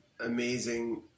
amazing